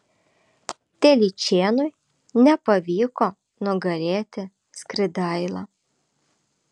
telyčėnui nepavyko nugalėti skridailą